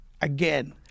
again